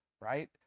right